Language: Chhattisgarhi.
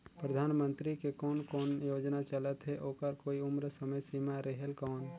परधानमंतरी के कोन कोन योजना चलत हे ओकर कोई उम्र समय सीमा रेहेल कौन?